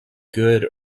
good